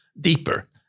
deeper